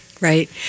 Right